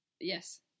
Yes